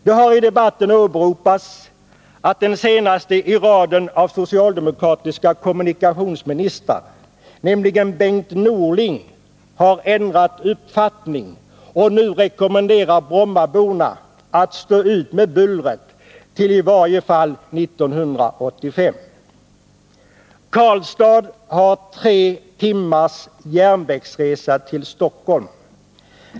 Det har i debatten åberopats att den senaste i raden av socialdemokratiska kommunikationsministrar — nämligen Bengt Norling — har ändrat uppfattning och nu rekommenderar Brommaborna att stå ut med bullret till i varje fall 1985. Från Karlstad tar det tre timmar med järnväg till Stockholm.